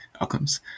outcomes